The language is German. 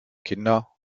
kinder